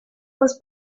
was